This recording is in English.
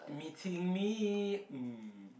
meeting me mm